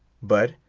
but,